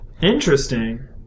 Interesting